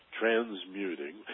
transmuting